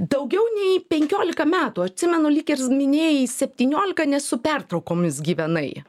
daugiau nei penkiolika metų atsimenu lyg ir minėjai septyniolika nes su pertraukomis gyvenai